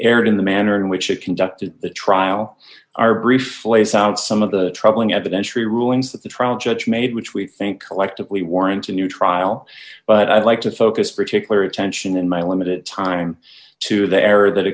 erred in the manner in which it conducted the trial our brief lays out some of the troubling evidence rulings that the trial judge made which we think collectively warrants a new trial but i'd like to focus particular attention in my limited time to the error that